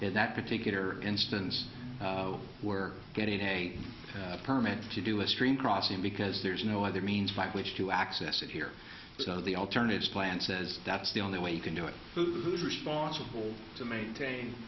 in that particular instance where getting a permit to do a stream crossing because there's no other means by which to access it here so the alternative plan says that's the only way you can do it who's responsible to maintain